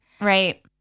Right